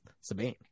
sabine